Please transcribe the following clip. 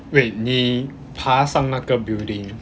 wait 你爬上那个 building